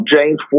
James